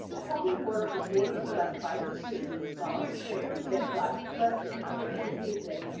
holy water is water blessed by the priest with solemn prayer to beg god's blessing on those who use it,